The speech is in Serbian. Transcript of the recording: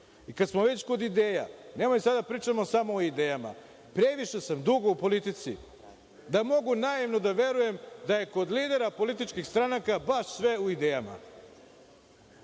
I, kada smo već kod ideja, nemojte sada da pričamo samo o idejama, previše sam dugo u politici da mogu naivno da verujem da je kod lidera političkih stranaka baš sve u idejama